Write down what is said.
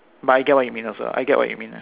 but I get what you mean also I get what you mean lah ya